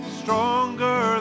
stronger